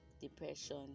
depression